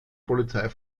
polizei